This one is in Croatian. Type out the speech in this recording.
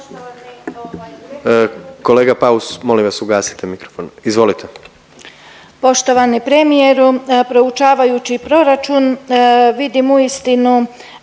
Kolega Paus molim vas ugasite mikrofon. Izvolite. **Salopek, Anđelka (HDZ)** Poštovani premijeru, proučavajući proračun vidim uistinu